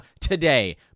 today